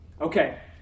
Okay